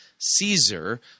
Caesar